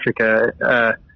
Africa